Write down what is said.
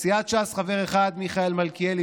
לסיעת ש"ס חבר אחד: מיכאל מלכיאלי,